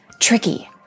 Tricky